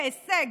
כהישג.